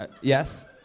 yes